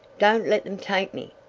don't let them take me!